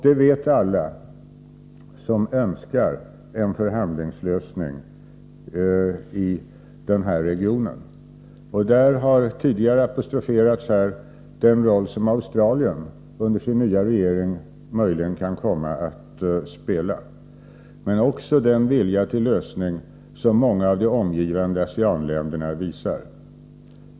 Det vet alla som önskar en förhandlingslösning i denna region. I det sammanhanget har man tidigare apostroferat den roll som Australien under sin nya regering möjligen kan komma att spela, men också den vilja till lösning som många av de omgivande ASEAN-länderna visar.